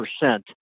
percent